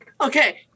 Okay